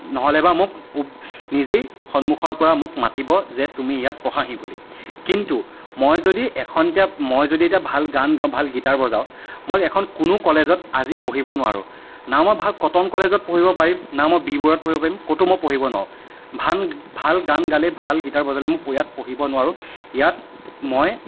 নহ'লেবা মোক নিজেই সন্মুখৰ পৰা মোক মাতিব যে তুমি ইয়াত পঢ়াহি বুলি কিন্তু মই যদি এখন এতিয়া মই যদি এতিয়া ভাল গান গাওঁ বা ভাল গিটাৰ বজাওঁ মই এখন কোনো কলেজত আজি পঢ়িব নোৱাৰোঁ না মই ভাল কটন কলেজত পঢ়িব পাৰিম না মই বি বৰুৱাত পঢ়িব পাৰিম ক'তো মই পঢ়িব নোৱাৰোঁ ভাল ভাল গান গালেই ভাল গিটাৰ বজালেই মোক ইয়াত পঢ়িব নোৱাৰোঁ ইয়াত মই